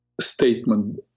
statement